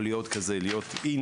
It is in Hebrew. או להיות כזה איני,